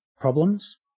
problems